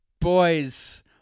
boys